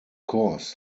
course